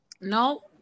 No